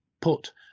put